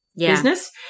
business